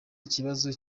ikibazo